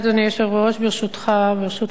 הצעת החוק התקבלה בקריאה שלישית,